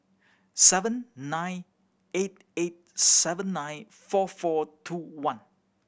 seven nine eight eight seven nine four four two one